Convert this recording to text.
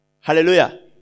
Hallelujah